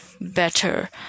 better